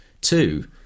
Two